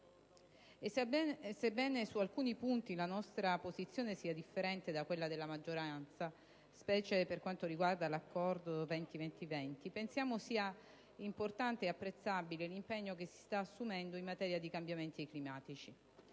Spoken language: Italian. e, sebbene su alcuni punti la nostra posizione sia differente da quella della maggioranza, specie per quanto riguarda il cosiddetto Accordo 20-20-20, pensiamo sia importante ed apprezzabile l'impegno che si sta assumendo in materia di cambiamenti climatici.